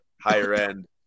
higher-end